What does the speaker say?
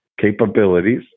capabilities